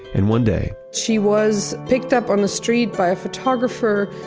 and one day, she was picked up on the street by a photographer,